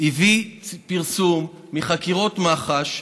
הביא פרסום מחקירות מח"ש,